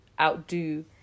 outdo